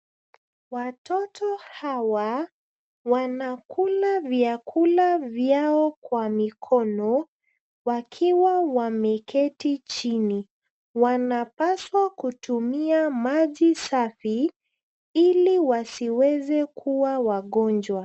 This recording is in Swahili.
Watoto hawa wanakula vyakula vyao kwa mikono wakiwa Wameketi chini. Wanapaswa kutumia maji safi ili wasiweze kuwa wagonjwa.